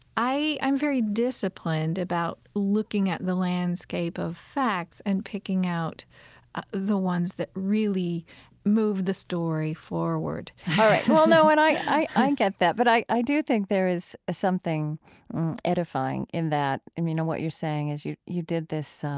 i'm very disciplined about looking at the landscape of facts and picking out the ones that really move the story forward all right. well, no, and i i get that. but i, i do think there is something edifying in that and you know what you're saying is you, you did this